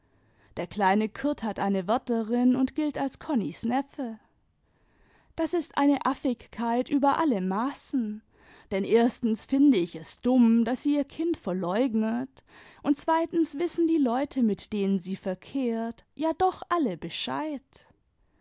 der kleine kurt hat eine wärterin und gilt als konnis neffe das ist eine affigkeit über alle maßen denn erstens finde ich es dumm daß sie ihr kind verleugnet und zweitens wissen die leute mit denen sie verkehrt ja doch alle bescheid